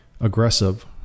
aggressive